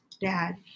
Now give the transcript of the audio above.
dad